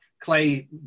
Clay